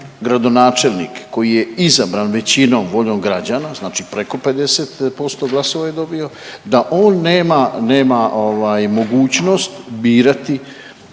gradonačelnik koji je izabran većinom, voljom građana, znači preko 50% glasova je dobio, da on nema, nema ovaj mogućnost birati